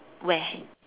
where